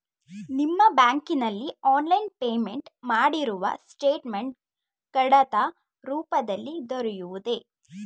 ನಿಮ್ಮ ಬ್ಯಾಂಕಿನಲ್ಲಿ online payment ಮಾಡಿರುವ ಸ್ಟೇಟ್ಮೆಂಟ್ ಕಡತ ರೂಪದಲ್ಲಿ ದೊರೆಯುವುದೇ?